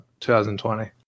2020